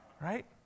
Right